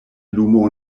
lumo